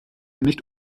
nicht